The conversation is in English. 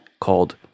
called